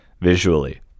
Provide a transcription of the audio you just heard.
visually